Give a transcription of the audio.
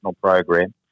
program